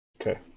Okay